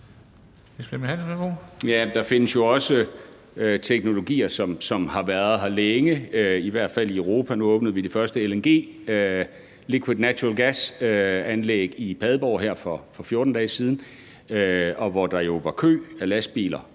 Der findes jo også teknologier, som har været her længe, i hvert fald i Europa. Nu åbnede vi det første LNG-anlæg, Liquified Natural Gas-anlæg, i Padborg her for 14 dage siden, og hvor der jo var kø af lastbiler